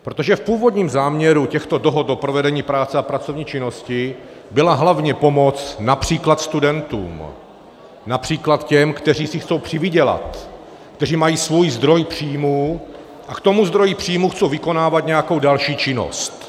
Protože v původním záměru těchto dohod o provedení práce a pracovní činnosti byla hlavně pomoc například studentům, například těm, kteří si chtějí přivydělat, kteří mají svůj zdroj příjmů a k tomu zdroji příjmů chtějí vykonávat nějakou další činnost.